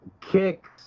kicks